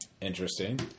interesting